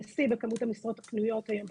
על שיא בכמות המשרות הפנויות כיום במשק.